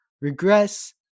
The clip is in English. regress